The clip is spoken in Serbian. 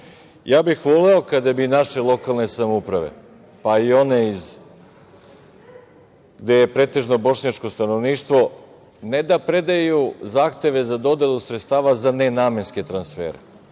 bih kada bi naše lokalne samouprave, pa i one iz gde je pretežno bošnjačko stanovništvo, ne da predaju zahteve za dodelu sredstava za nenamenske transfere.